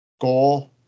goal